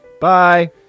Bye